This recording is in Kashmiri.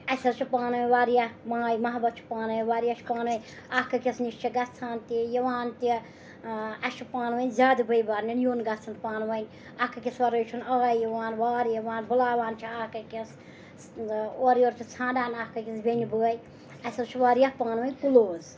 اَسہِ حظ چھُ پانہٕ ؤنۍ واریاہ ماے محبت چھُ پانہٕ ؤنۍ واریاہ چھُ پانہٕ ؤنۍ اَکھ أکِس نِش چِھ گژھان تہِ یِوان تہِ اَسہِ چھُ پانہٕ ؤنۍ زیادٕ بٔے بارنٮ۪ن یُن گَژھُن پانہٕ ؤنۍ اَکھ أکِس وَرٲے چُھنٕہ آے یِوان وار یِوان بُلاوان چھِ اَکھ أکِس اورٕ یور چھِ ژھانڈان اَکھ أکِس بیٚنہِ بأے اَسہِ حظ چھُ واریاہ پانہٕ ؤنۍ کٕلوز